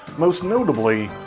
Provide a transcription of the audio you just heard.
most notably,